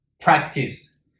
practice